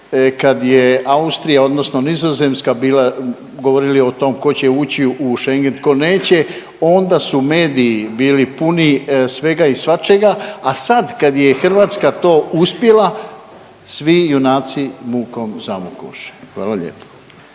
kad je Austrija, odnosno Nizozemska bila, govorili o tom tko će ući u Schengen, tko neće onda su mediji bili puni svega i svačega, a sad kad je Hrvatska to uspjela svi junaci mukom zamukoše. Hvala lijepo.